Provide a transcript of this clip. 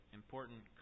important